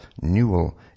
Newell